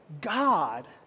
God